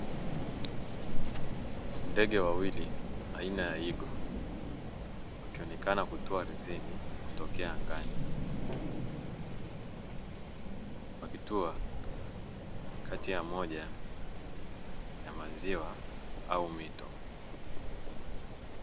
Ndege wawili aina ya igo, wakionekana kutua ardhini kutokea angani, wakitua kati ya moja ya maziwa au mito.